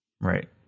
Right